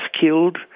killed